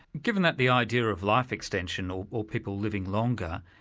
given that the idea of life extension, or or people living longer,